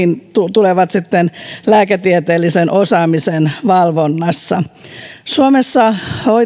tulevat nekin lääketieteellisen osaamisen valvonnassa suomessa